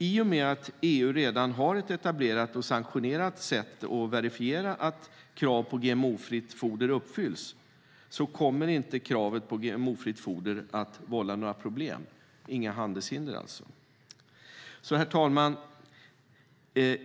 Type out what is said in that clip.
I och med att EU redan har ett etablerat och sanktionerat sätt att verifiera att krav på GMO-fritt foder uppfylls kommer inte kravet på GMO-fritt foder att vålla några problem. Det är alltså inget handelshinder. Herr talman!